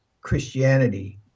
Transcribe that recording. Christianity